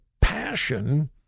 passion